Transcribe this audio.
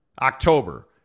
October